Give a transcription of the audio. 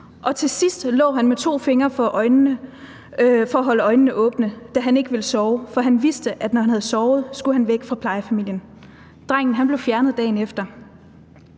Og til sidst lå han med to fingre for øjnene for at holde øjnene åbne, da han ikke ville sove, for han vidste, at når han havde sovet, skulle han væk fra plejefamilien. Drengen blev fjernet dagen efter.